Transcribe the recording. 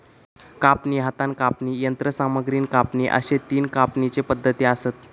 कापणी, हातान कापणी, यंत्रसामग्रीन कापणी अश्ये तीन कापणीचे पद्धती आसत